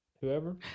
whoever